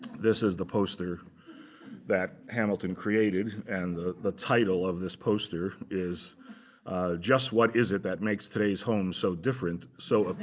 this is the poster that hamilton created. and the the title of this poster is just what is it that makes today's homes so different, so